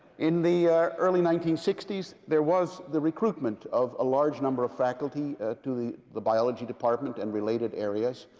in the early nineteen sixty s, there was the recruitment of a large number of faculty to the the biology department and related areas.